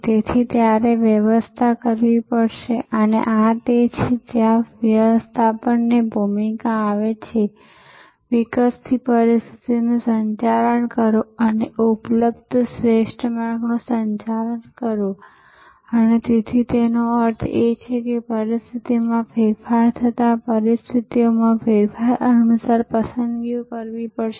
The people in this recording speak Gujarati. તેથી તમારે વ્યવસ્થા કરવી પડશે અને આ તે છે જ્યાં વ્યવસ્થાપનની ભૂમિકા આવે છે વિકસતી પરિસ્થિતિનું સંચાલન કરો અને ઉપલબ્ધ શ્રેષ્ઠ માર્ગનું સંચાલન કરો અને તેથી તેનો અર્થ એ છે કે પરિસ્થિતિમાં ફેરફાર થતાં પરિસ્થિતિઓમાં ફેરફાર અનુસાર પસંદગીઓ કરવી પડશે